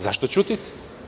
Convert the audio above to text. Zašto ćutite?